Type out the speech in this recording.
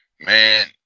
Man